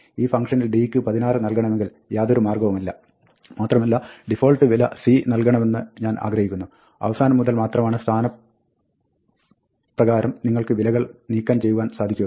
ഈ ഫംഗ്ഷനിൽ d യ്ക്ക് 16 നൽകണമെങ്കിൽ യാതൊരു മാർഗ്ഗവുമില്ല മാത്രമല്ല ഡിഫാൾട്ട് വില c നൽകണമെന്ന് ഞാൻ ആഗ്രഹിക്കുന്നു അവസാനം മുതൽ മാത്രമാണ് സ്ഥാനപ്രകാരം നിങ്ങൾക്ക് വിലകൾ നീക്കം ചെയ്യുവാൻ സാധിക്കുകയുള്ളൂ